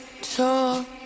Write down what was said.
talk